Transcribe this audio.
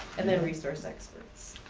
and then resource experts.